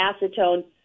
acetone